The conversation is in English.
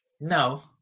No